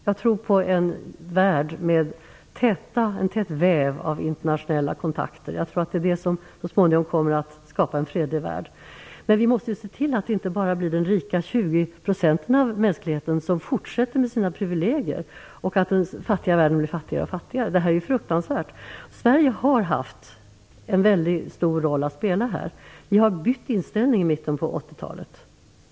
Jag tror på en värld med en tät väv av internationella kontakter. Jag tror att det så småningom kommer att skapa en fredlig värld. Vi måste se till att inte bara 20 % av mänskligheten, som är rika, fortsätter med sina privilegier medan den fattiga världen blir fattigare och fattigare. Det är fruktansvärt. Sverige har haft en mycket stor roll att spela här. Vi bytte inställning i mitten av 80-talet.